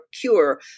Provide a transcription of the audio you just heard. cure